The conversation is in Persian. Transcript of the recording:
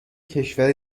کشور